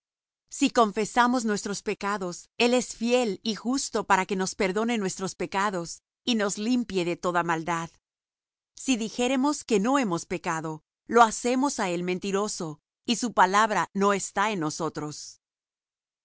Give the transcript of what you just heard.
si confesamos nuestros pecados él es fiel y justo para que nos perdone nuestros pecados y nos limpie de toda maldad si dijéremos que no hemos pecado lo hacemos á él mentiroso y su palabra no está en nosotros